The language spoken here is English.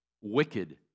wicked